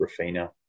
Rafina